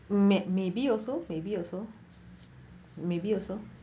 may maybe also maybe also maybe also